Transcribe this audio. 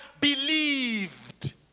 believed